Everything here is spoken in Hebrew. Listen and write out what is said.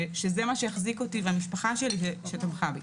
והמשפחה שלי שתמכה בי.